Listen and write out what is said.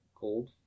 gold